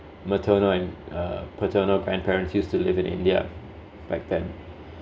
maternal and uh paternal grandparents used to live in india back then